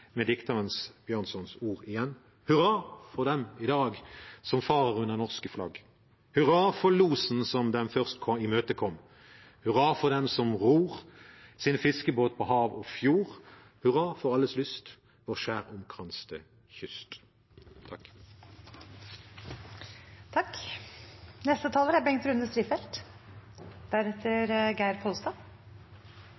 med dikteren Bjørnsons ord igjen: «Hurra for dem idag, som farer under norske flag! Hurra for lodsen, som dem først imøde kom! Hurra for dem, som ror sin fiskerbåd på hav og fjord! Hurra for alles lyst: vor skæromkranste kyst!» Maritim næring er